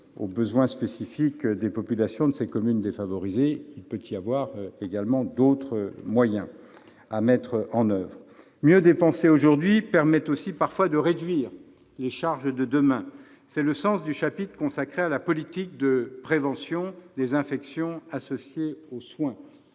aux besoins spécifiques des populations de ces communes défavorisées, il peut y avoir d'autres moyens à mettre en oeuvre. Mieux dépenser aujourd'hui permet aussi parfois de réduire les charges de demain. C'est le sens du chapitre consacré à la politique de prévention des infections associées aux soins,